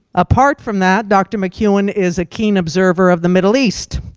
apart from that dr. mccuan is a keen observer of the middle east.